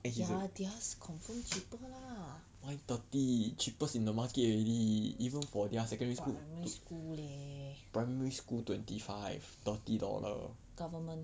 and he is a mine thirty cheapest in the market already even for their secondary school primary school twenty five thirty dollar